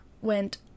went